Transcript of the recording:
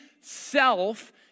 self